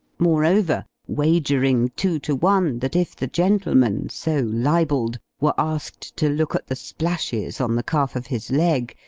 moreover, wagering two to one, that if the gentleman, so libelled, were asked to look at the splashes on the calf of his leg,